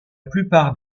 plupart